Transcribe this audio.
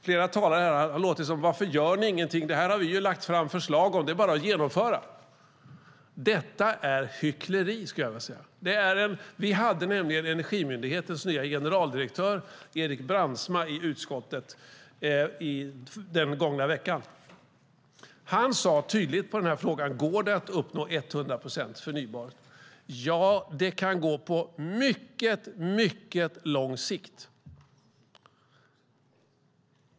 Flera talare har sagt: Varför gör ni ingenting? Detta har vi ju lagt fram förslag om - det är bara att genomföra! Det är hyckleri, skulle jag vilja säga. Vi hade Energimyndighetens nya generaldirektör Erik Brandsma i utskottet den gångna veckan. Han sade tydligt på frågan om det går att uppnå 100 procent förnybart: Ja, det kan gå på mycket, mycket lång sikt.